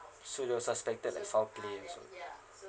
so that was suspected like foul play so